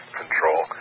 control